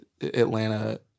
Atlanta